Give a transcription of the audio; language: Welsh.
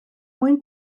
mwyn